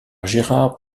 gérard